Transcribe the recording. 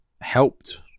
helped